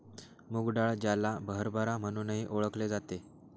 मूग डाळ, ज्याला हरभरा म्हणूनही ओळखले जाते